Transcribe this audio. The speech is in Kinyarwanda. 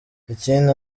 ikindi